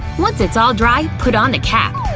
once it's all dry, put on the cap.